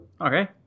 okay